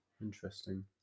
Interesting